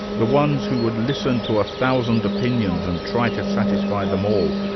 the ones who would listen to a thousand opinions and try to satisfy them all.